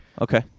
Okay